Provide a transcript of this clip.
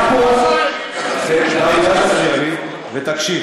היה פה, דוד, אל תפריע לי ותקשיב.